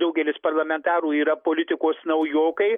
daugelis parlamentarų yra politikos naujokai